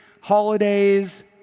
holidays